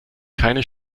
keine